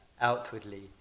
outwardly